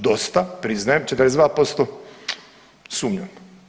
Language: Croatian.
Dosta priznajem, 42% sumnjam.